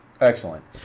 Excellent